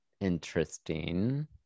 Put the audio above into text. interesting